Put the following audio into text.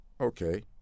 okay